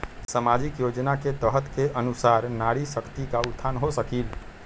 सामाजिक योजना के तहत के अनुशार नारी शकति का उत्थान हो सकील?